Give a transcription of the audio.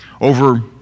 over